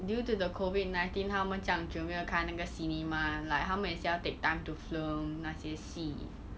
due to the COVID nineteen 他们这样久没有开那个 cinema like 他们也是要 take time to film 那些戏